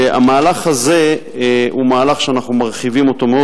והמהלך הזה הוא מהלך שאנחנו מרחיבים אותו מאוד.